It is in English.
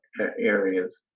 areas